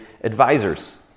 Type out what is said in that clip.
advisors